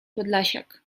podlasiak